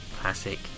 classic